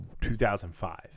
2005